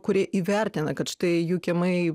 kurie įvertina kad štai jų kiemai